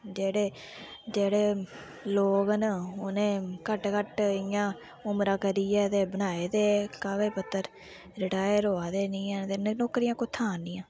जेह्ड़े जेह्ड़े लोक न उ'नें घट्ट घट्ट इ'यां उमरां करियै ते बनाए दे कागज पत्तर रटायर होआ दे नी हैन ते नौकरियां कुत्थां आह्ननियां